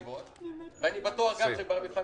אם אנחנו רוצים